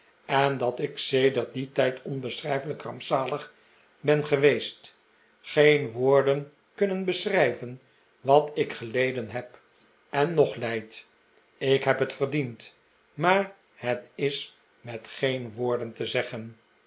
en dat ik sedert dien tijd onbeschrijfelijk rampzalig ben geweest geen woorden kunnen beschrijven wat ik geleden heb en nog lijd ik heb het verdiend maar het is met geen woorden te zeggen